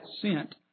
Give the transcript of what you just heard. sent